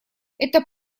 это